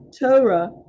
Torah